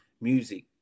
music